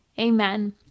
Amen